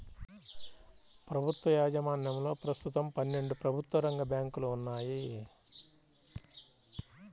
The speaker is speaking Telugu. ప్రభుత్వ యాజమాన్యంలో ప్రస్తుతం పన్నెండు ప్రభుత్వ రంగ బ్యాంకులు ఉన్నాయి